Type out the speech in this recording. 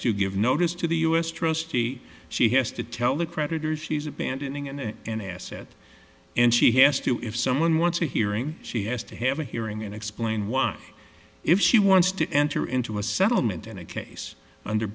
to give notice to the u s trustee she has to tell the creditors she's abandoning and an asset and she has to if someone wants a hearing she has to have a hearing and explain why if she wants to enter into a settlement in a case under